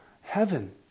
heaven